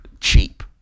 cheap